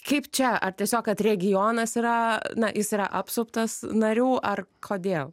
kaip čia ar tiesiog kad regionas yra na jis yra apsuptas narių ar kodėl